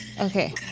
Okay